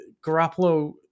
Garoppolo